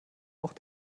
auch